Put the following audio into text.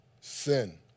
sin